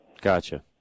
gotcha